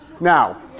Now